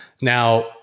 Now